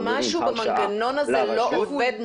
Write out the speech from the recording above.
אתה מבין שמשהו במנגנון הזה לא עובד נכון?